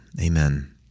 Amen